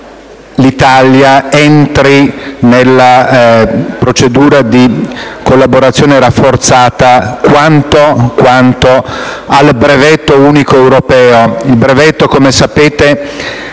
l'Italia entri nella procedura di collaborazione rafforzata quanto al brevetto unico europeo. Il brevetto, come sapete,